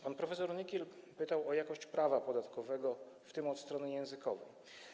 Pan prof. Nykiel pytał o jakość prawa podatkowego, w tym od strony językowej.